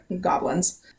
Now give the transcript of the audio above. goblins